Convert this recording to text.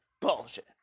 Bullshit